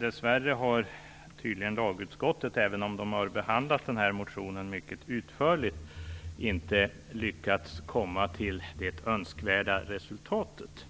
Dessvärre har tydligen lagutskottet, även om det har behandlat denna motion mycket utförligt, inte lyckats komma till det önskvärda resultatet.